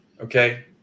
okay